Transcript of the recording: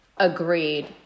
Agreed